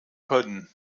können